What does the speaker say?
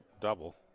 double